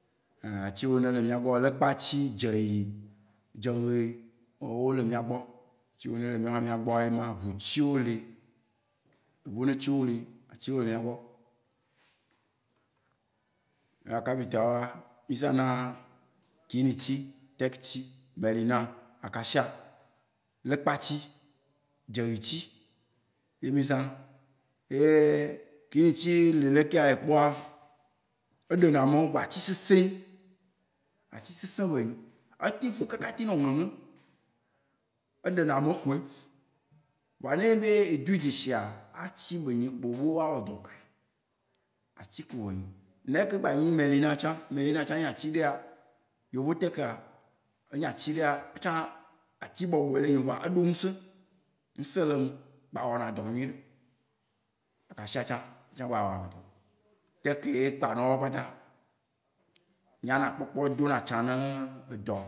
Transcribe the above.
atsi yio ne le mía gbɔa, lekpa tsi, dzeyi, dzewe, wó le mía gbɔ. Atsi yio ne le míawo hã mía gbɔa ye ma. Ʋutsi, wó li, yovone tsi wó li. Atsi wó le mía gbɔ. Mia kapita wóa, mí zã na kini tsi, tɛk tsi, melina, accacia, lekpa tsi, dzeyi tsi, ye mí zã na. Ye kini tsi li ɖekea ekpɔa, eɖe na mɔ. Vɔa atsi sesẽ ye. Atsi sesẽ be nyi. Ete ƒu kaka te nɔ ŋeŋẽ, eɖe na mɔ kpoe. Kpɔoa ne nyebe edui dze shia, atsi benyi keye wó awɔ dɔ kui. Atsi kpo be nyi. Nenea keye gba nyi melina tsã. Melina tsã nyi atsi ɖea, yovo tɛka, enyi atsi ɖea, atsi bɔbɔe ɖe enyi vɔa, eɖo nusẽ. Nusẽ le eŋu, egba wɔna dɔ nyuiɖe. Accacia tsã, ye tsã gba wɔ na dɔ. Tɛk ye kpa na wóa kpata, nya na kpɔkpɔ, ɖo na atsɔ ne edɔ.